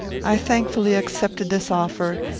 i thankfully accepted this offer,